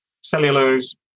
Cellulose